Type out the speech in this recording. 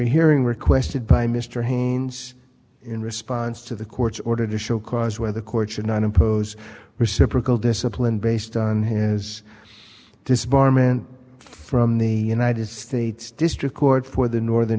hearing requested by mr haynes in response to the court's order to show cause why the court should not impose reciprocal discipline based on him as disbarment from the united states district court for the northern